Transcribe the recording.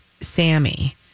Sammy